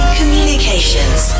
communications